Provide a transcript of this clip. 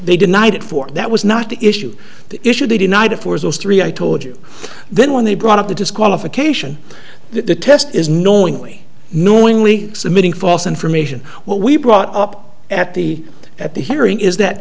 they denied it for that was not the issue the issue they deny to force those three i told you then when they brought up the disqualification that the test is knowingly knowingly submitting false information what we brought up at the at the hearing is that